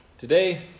Today